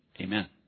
Amen